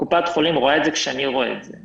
קופת החולים רואה את זה כשאני רואה את זה,